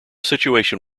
situation